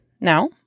Now